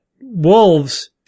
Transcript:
wolves